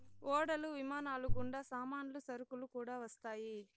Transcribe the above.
ఓడలు విమానాలు గుండా సామాన్లు సరుకులు కూడా వస్తాయి